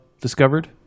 discovered